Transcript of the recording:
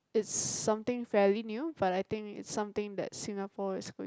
it's something fairly new but I think it's something that Singapore is going